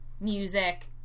music